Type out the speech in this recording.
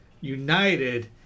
united